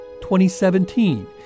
2017